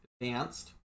advanced